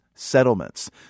settlements